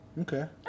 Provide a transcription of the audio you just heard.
Okay